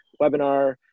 webinar